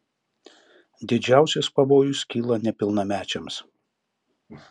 didžiausias pavojus kyla nepilnamečiams